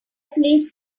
please